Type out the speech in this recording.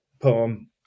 poem